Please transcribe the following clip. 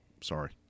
sorry